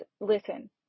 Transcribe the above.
listen